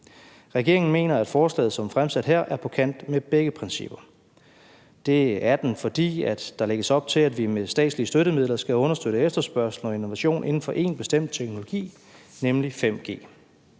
Regeringen mener, at forslaget som fremsat her er på kant med begge principper, fordi der lægges op til, at vi med statslige støttemidler skal understøtte efterspørgslen og innovation inden for en bestemt teknologi, nemlig 5G.